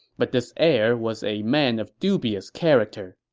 but this heir was a man of dubious character.